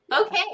Okay